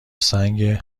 سنگ